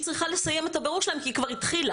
צריכה לסיים את הבירור שלהם כי היא כבר התחילה.